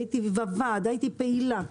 הייתי בוועד, הייתי פעילה.